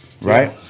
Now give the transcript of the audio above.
Right